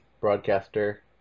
broadcaster